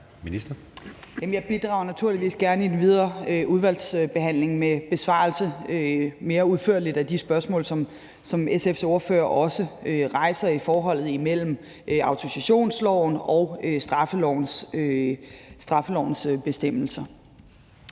Jeg bidrager naturligvis gerne i den videre udvalgsbehandling med en mere udførlig besvarelse af de spørgsmål, som SF's ordfører også rejser, om forholdet imellem autorisationsloven og straffelovens bestemmelser.